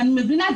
אני מבינה,